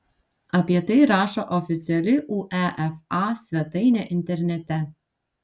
apie tai rašo oficiali uefa svetainė internete